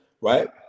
right